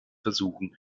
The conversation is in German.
versuchen